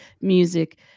music